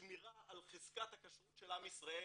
שמירה על חזקת הכשרות של עם ישראל